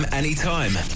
Anytime